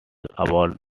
about